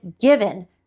given